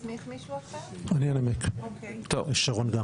אם אני מבין נכון, זה אחד הנושאים.